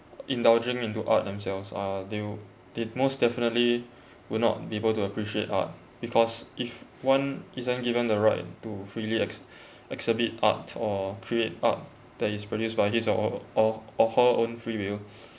indulging into art themselves ah they would most definitely would not be able to appreciate art because if one isn't given the right to freely ex~ exhibit art or create art that is produced by his or or or her own free will